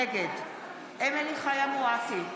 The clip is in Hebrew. נגד אמילי חיה מואטי,